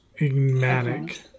enigmatic